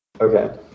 Okay